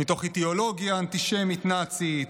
מתוך אידיאולוגיה אנטישמית-נאצית,